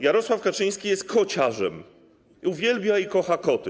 Jarosław Kaczyński jest kociarzem, uwielbia i kocha koty.